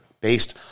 based